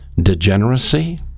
degeneracy